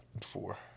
Four